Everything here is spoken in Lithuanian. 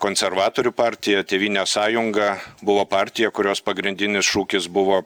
konservatorių partija tėvynės sąjunga buvo partija kurios pagrindinis šūkis buvo